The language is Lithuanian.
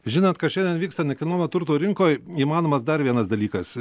žinot kas šiandien vyksta nekilnojamo turto rinkoj įmanomas dar vienas dalykas